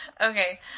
Okay